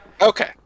Okay